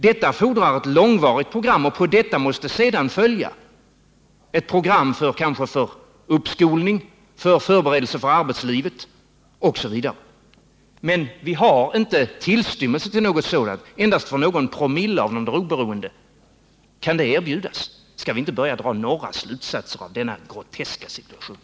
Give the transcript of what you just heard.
Detta är en långvarig process, och på denna måste sedan följa ett program med t.ex. inslag av utbildning, förberedelser för arbetslivet osv. Men vi har inte tillstymmelse till något sådant. Det kan endast erbjudas för någon promille av de drogberoende. Skall vi inte dra några slutsatser av denna groteska situation?